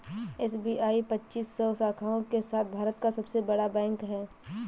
SBI पच्चीस सौ शाखाओं के साथ भारत का सबसे बड़ा बैंक है